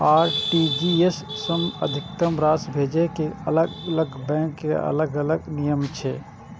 RTGS सं अधिकतम राशि भेजै के अलग अलग बैंक के अलग अलग नियम छै